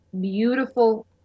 beautiful